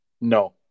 No